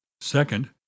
Second